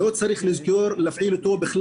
לא צריך לזכור להפעיל אותו.